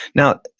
now,